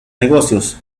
negocios